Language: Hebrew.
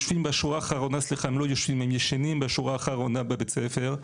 הם ישנים בשורה האחרונה בבית ספר,